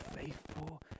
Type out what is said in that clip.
faithful